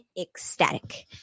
ecstatic